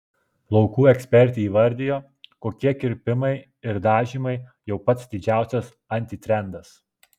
plaukų ekspertė įvardijo kokie kirpimai ir dažymai jau pats didžiausias antitrendas